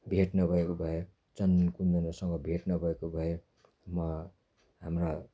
भेट नभएको भए चन्दन कुन्दनहरूसँग भेट नभएको भए म हाम्रा